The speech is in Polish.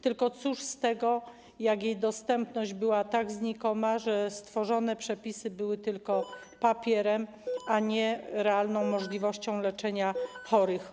Tylko cóż z tego, jak jej dostępność była tak znikoma, że stworzone przepisy były tylko papierem, a nie realną możliwością leczenia chorych.